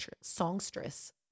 songstress